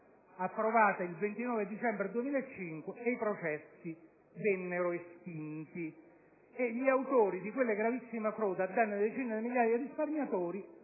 approvata il 29 dicembre 2005, i processi vennero estinti e gli autori di quelle gravissime frodi ai danni di decine di migliaia di risparmiatori